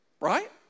Right